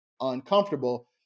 uncomfortable